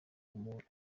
ubuntu